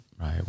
Right